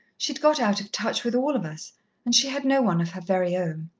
she'd got out of touch with all of us and she had no one of her very own.